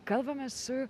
kalbamės su